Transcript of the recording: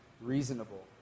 reasonable